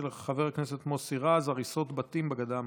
של חבר הכנסת מוסי רז: הריסות בתים בגדה המערבית.